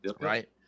Right